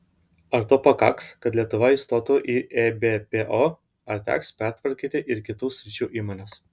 ar to pakaks kad lietuva įstotų į ebpo ar teks pertvarkyti ir kitų sričių įmones